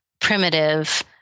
primitive